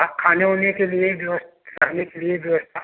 हाँ खाने वाने के लिए जो है खाने के लिए व्यवस्था